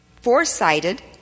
foresighted